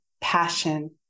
passion